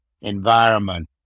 environment